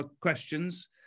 questions